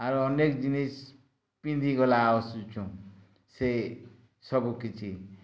ଆରୁ ଅନେକ୍ ଜିନିଷ୍ ପିନ୍ଧି ଗଲା ଆସୁଛୁଁ ସେ ସବୁ କିଛି